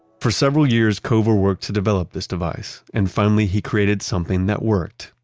for several years, cover worked to develop this device and finally he created something that worked.